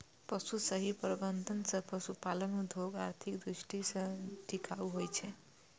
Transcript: पशुक सही प्रबंधन सं पशुपालन उद्योग आर्थिक दृष्टि सं टिकाऊ होइ छै